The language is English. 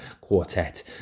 quartet